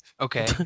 Okay